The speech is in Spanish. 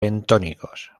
bentónicos